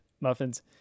Muffins